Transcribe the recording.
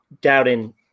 doubting